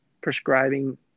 prescribing